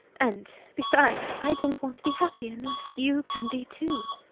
and besides i don't want to be happy unless you can be, too.